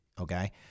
okay